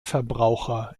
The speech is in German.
verbraucher